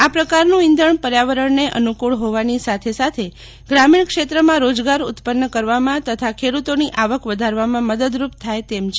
આ પ્રકારનું ઈંધણ પર્યાવરણને અનુકૂળ હોવાની સાથેસાથે પ્રામીજ઼ ક્ષેત્રમાં રોજગાર ઉત્પન્ન કરવામાં તથા ખેડૂતોની આવક વધારવામાં મદદરૂપ થાય તેમ છે